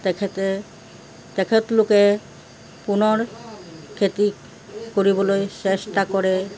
তেখেতে তেখেতলোকে পুনৰ খেতি কৰিবলৈ চেষ্টা কৰে